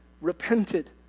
repented